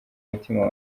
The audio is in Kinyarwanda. mutima